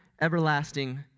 everlasting